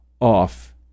off